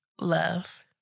Love